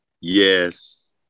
yes